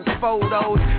photos